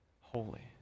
holy